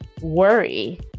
worry